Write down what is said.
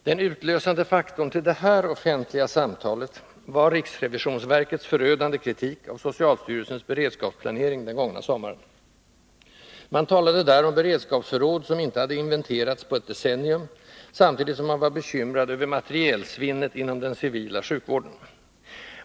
Den utlösande faktorn till det här offentliga samtalet var riksrevisionsverkets förödande kritik av socialstyrelsens beredskapsplanering den gångna sommaren. Man talade där om beredskapsförråd, som ej hade inventerats på ett decennium, samtidigt som man var bekymrad över materielsvinnet inom den civila sjukvården.